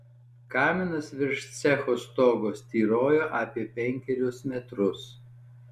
kaminas virš cecho stogo styrojo apie penkerius metrus